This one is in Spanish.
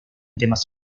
temas